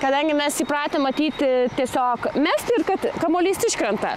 kadangi mes įpratę matyti tiesiog mesti ir kad kamuolys iškrenta